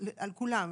על כולם,